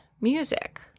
music